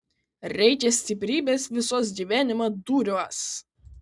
reikia stiprybės visuos gyvenimo dūriuos